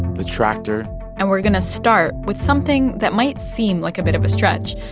the tractor and we're going to start with something that might seem like a bit of a stretch,